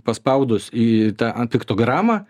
paspaudus į tą ant piktogramą